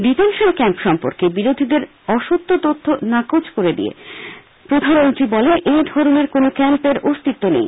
detention camp সম্পর্কে বিরোধীদের অসত্য তথ্য নাকচ করে দিয়ে প্রধানমন্ত্রী বলেন এই ধরনের কোন ক্যাম্পের কোনো অস্তিত্ব নেই